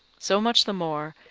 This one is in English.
so much the more,